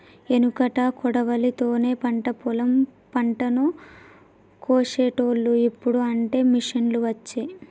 ఎనుకట కొడవలి తోనే పంట పొలం పంటను కోశేటోళ్లు, ఇప్పుడు అంటే మిషిండ్లు వచ్చే